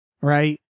Right